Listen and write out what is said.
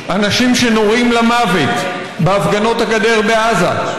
אנשים שנורים למוות בהפגנות הגדר בעזה,